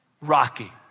Rocky